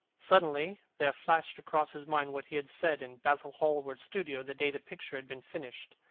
suddenly there flashed across his mind what he had said in basil hallward's studio the day the picture had been finished.